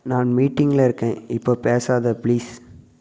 நான் மீட்டிங்கில் இருக்கேன் இப்போ பேசாதே ப்ளீஸ்